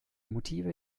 motive